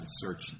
search